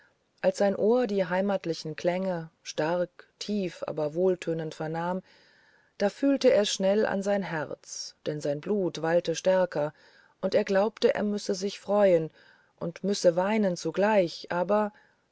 als sein ohr die heimatlichen klänge stark tief aber wohltönend vernahm da fühlte er schnell an sein herz denn sein blut wallte stärker und er glaubte er müsse sich freuen und müsse weinen zugleich aber